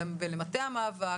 ולמטה המאבק,